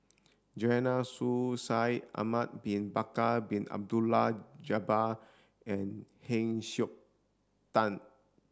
Joanne Soo Shaikh Ahmad bin Bakar Bin Abdullah Jabbar and Heng Siok Dan